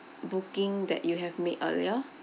booking that you have made earlier